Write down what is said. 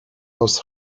aus